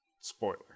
Spoiler